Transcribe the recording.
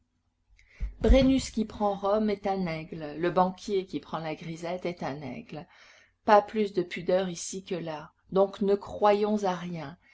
brennus qui prend rome est un aigle le banquier qui prend la grisette est un aigle pas plus de pudeur ici que là donc ne croyons à rien